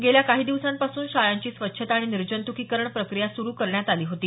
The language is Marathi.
गेल्या काही दिवसांपासूनच शाळांची स्वच्छता आणि निर्जंतुकीकरण प्रक्रिया सुरू करण्यात आली होती